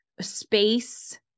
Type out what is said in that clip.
Space